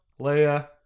Leia